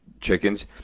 chickens